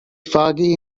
foggy